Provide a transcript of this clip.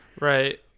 Right